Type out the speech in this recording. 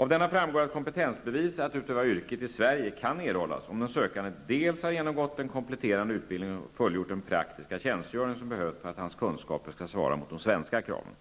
Av denna framgår att kompetensbevis att utöva yrket i Sverige kan erhållas om den sökande dels har genomgått den kompletterande utbildningen och fullgjort den praktiska tjänstgöring som behövs för att hans kunskaper skall svara mot de svenska kraven,